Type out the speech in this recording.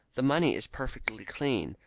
the money is perfectly clean.